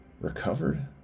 Recovered